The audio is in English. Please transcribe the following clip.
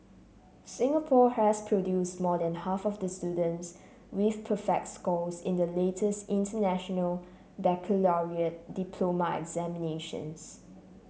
Singapore has produced more than half of the students with perfect scores in the latest International Baccalaureate diploma examinations